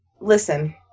listen